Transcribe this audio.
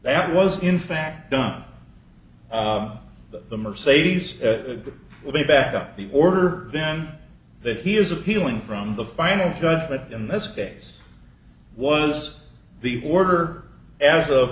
that was in fact done the mercedes with a back up the order then that he is appealing from the final judgment in this case was the order as of